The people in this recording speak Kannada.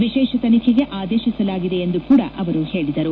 ವಿಶೇಷ ತನಿಖೆಗೆ ಆದೇಶಿಸಲಾಗಿದೆ ಎಂದು ಕೂಡಾ ಅವರು ಹೇಳಿದರು